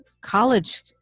college